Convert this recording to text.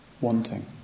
wanting